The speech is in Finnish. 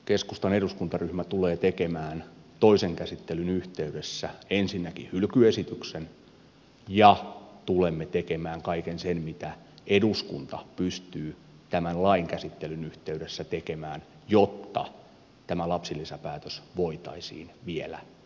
keskustan eduskuntaryhmä tulee tekemään toisen käsittelyn yhteydessä ensinnäkin hylkyesityksen ja tulemme tekemään kaiken sen mitä eduskunta pystyy tämän lain käsittelyn yhteydessä tekemään jotta tämä lapsilisäpäätös voitaisiin vielä perua